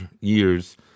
years